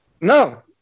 No